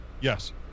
Yes